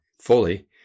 fully